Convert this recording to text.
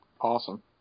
Awesome